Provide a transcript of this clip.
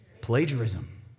Plagiarism